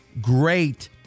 great